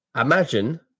imagine